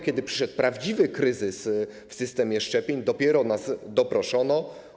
Kiedy przyszedł prawdziwy kryzys w systemie szczepień, dopiero nas doproszono.